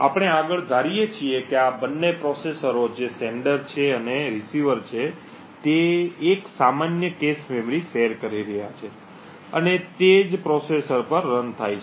આપણે આગળ ધારીએ છીએ કે આ બંને પ્રોસેસરો કે જે પ્રેષક છે અને પ્રાપ્તકર્તા છે તે એક સામાન્ય cache મેમરી શેર કરી રહ્યાં છે અને તે જ પ્રોસેસર પર રન થાય છે